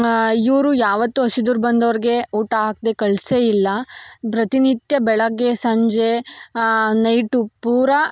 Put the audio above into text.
ಇವರು ಯಾವತ್ತೂ ಹಸಿದು ಬಂದವ್ರಿಗೆ ಊಟ ಹಾಕದೇ ಕಳಿಸೇ ಇಲ್ಲ ಪ್ರತಿನಿತ್ಯ ಬೆಳಗ್ಗೆ ಸಂಜೆ ನೈಟು ಪೂರಾ